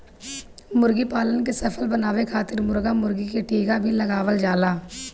मुर्गीपालन के सफल बनावे खातिर मुर्गा मुर्गी के टीका भी लगावल जाला